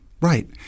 Right